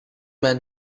man